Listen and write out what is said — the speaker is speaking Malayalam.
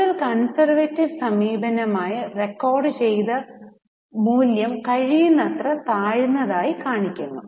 കൂടുതൽ കൺസെർവറ്റിവ് സമീപനമായി റെക്കോർഡുചെയ്ത മൂല്യം കഴിയുന്നത്ര താഴ്ന്നതായി കാണിക്കുന്നു